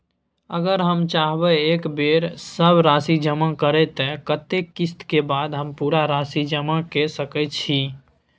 अगर हम चाहबे एक बेर सब राशि जमा करे त कत्ते किस्त के बाद हम पूरा राशि जमा के सके छि?